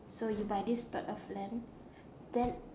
so you buy this plot of land then